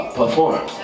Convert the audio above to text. perform